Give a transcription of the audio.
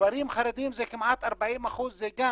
גברים חרדים זה כמעט 40%, זה גם